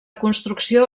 construcció